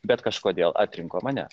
bet kažkodėl atrinko mane